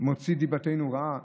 מוציא דיבתנו רעה.